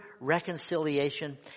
reconciliation